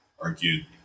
argued